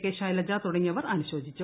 K Shailaja തുടങ്ങിയവർ അനുശോചിച്ചു